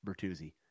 Bertuzzi